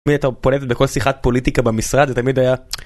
הייתה פולטת בכל שיחת פוליטיקה במשרד ותמיד היה.